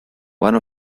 one